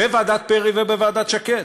בוועדת פרי ובוועדת שקד.